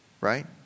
right